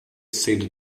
saved